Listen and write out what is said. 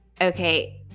okay